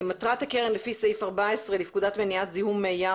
מטרת הקרן לפי סעיף 14 לפקודת מניעת זיהום מי ים